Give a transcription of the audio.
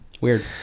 Weird